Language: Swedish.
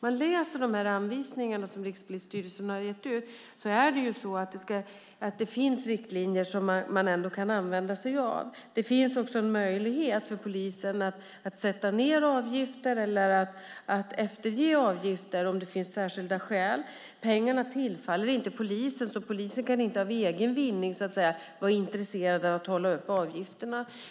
Man kan läsa de anvisningar som Rikspolisstyrelsen har gett ut. Det finns riktlinjer som man kan använda sig av. Det finns också en möjlighet för polisen att sätta ned avgifter eller att efterge avgifter om det finns särskilda skäl. Pengarna tillfaller inte polisen, så polisen kan inte för egen vinning, så att säga, vara intresserad av att hålla uppe avgifterna.